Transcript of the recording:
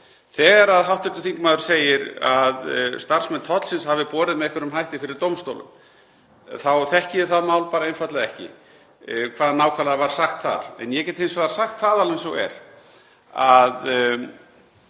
Þegar hv. þingmaður segir að starfsmenn tollsins hafi borið með einhverjum hætti fyrir dómstólum þá þekki ég það mál bara einfaldlega ekki, hvað nákvæmlega var sagt þar. Ég get hins vegar sagt það alveg eins og er að